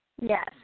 Yes